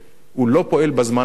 הוא לא פועל בזמן הנכון,